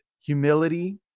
humility